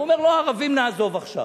הוא אומר: לא, את הערבים נעזוב עכשיו,